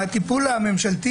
הטיפול הממשלתי